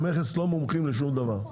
המכס לא מומחים לשום דבר,